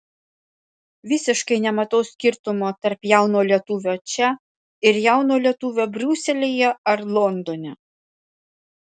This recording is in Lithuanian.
visiškai nematau skirtumo tarp jauno lietuvio čia ir jauno lietuvio briuselyje ar londone